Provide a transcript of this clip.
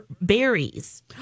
berries